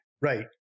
Right